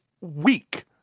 weak